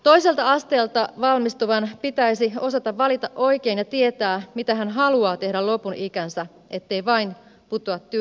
toiselta asteelta valmistuvan pitäisi osata valita oikein ja tietää mitä hän haluaa tehdä lopun ikäänsä ettei vain putoa tyhjän päälle